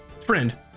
friend